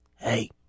hey